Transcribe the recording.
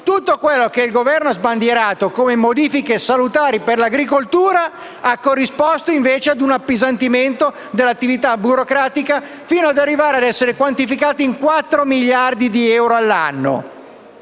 tutto quello che il Governo ha sbandierato come modifiche salutari per l'agricoltura corrisponde a un appesantimento dell'attività burocratica, che è stato quantificato in quattro miliardi di euro all'anno.